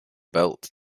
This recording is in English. belt